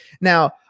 now